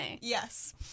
Yes